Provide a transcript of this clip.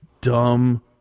Dumb